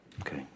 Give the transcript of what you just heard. Okay